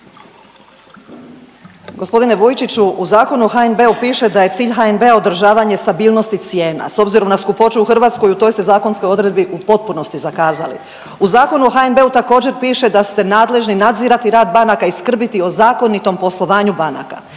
G. Vujčiću, u Zakonu o HNB-u piše da je cilj HNB-a održavanje stabilnosti cijena. S obzirom na skupoću u Hrvatskoj, u toj ste zakonskoj odredbi u potpunosti zakazali. U Zakonu o HNB-u također piše da ste nadležni nadzirati rad banaka i skrbiti o zakonitom poslovanju banaka.